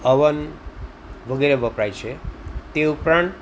oven વગેરે વપરાય છે તે ઉપરાંત